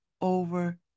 over